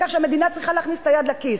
כך שהמדינה צריכה להכניס את היד לכיס.